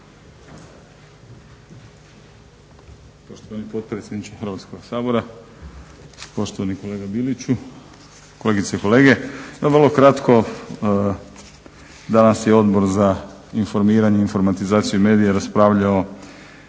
Poštovani potpredsjedniče Hrvatskog sabora, poštovani kolega Biliću, kolegice i kolege. Vrlo kratko, danas je Odbor za informiranje, informatizaciju i medije raspravljao